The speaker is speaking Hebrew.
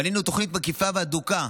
בנינו תוכנית מקיפה והדוקה,